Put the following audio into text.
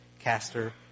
caster